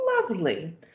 Lovely